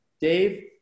Dave